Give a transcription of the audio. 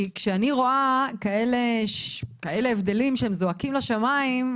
כשאני רואה הבדלים כאלה שזועקים לשמים,